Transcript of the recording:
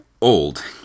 old